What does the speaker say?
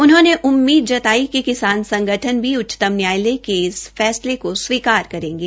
उन्होने उम्मीद जताई कि किसान संगठन भी उच्चतम नयायालय के इस फैसले को स्वीकार करेंगे